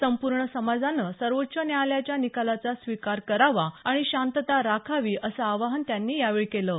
संपूर्ण समाजानं सर्वोच्च न्यायालयाच्या निकालाचा स्वीकार करावा आणि शांतता राखावी असं आवाहन त्यांनी केलं आहे